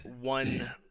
one